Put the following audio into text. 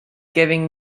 giving